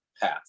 path